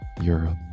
europe